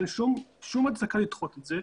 אין כל הצדקה לדחות את זה,